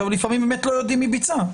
לפעמים באמת לא יודעים מי ביצע,